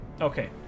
Okay